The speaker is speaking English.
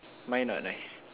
mine not nice